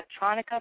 Electronica